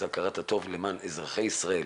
זה הכרת הטוב למען אזרחי ישראל,